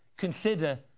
Consider